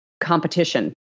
competition